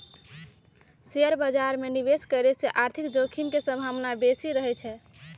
share बाजार में निवेश करे से आर्थिक जोखिम के संभावना बेशि रहइ छै